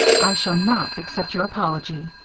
i shall not accept your apology,